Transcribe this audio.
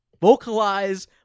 vocalize